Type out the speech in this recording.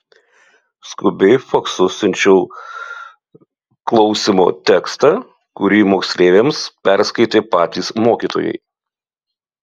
skubiai faksu siunčiau klausymo tekstą kurį moksleiviams perskaitė patys mokytojai